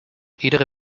iedere